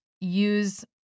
use